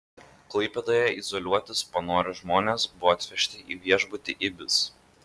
klaipėdoje izoliuotis panorę žmonės buvo atvežti į viešbutį ibis